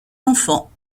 enfants